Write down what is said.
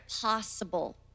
possible